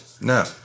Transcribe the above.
No